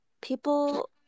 people